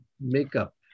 makeup